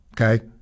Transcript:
Okay